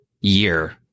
year